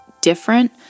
different